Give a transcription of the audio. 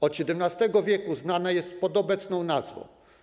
Od XVII w. znana jest pod obecną nazwą.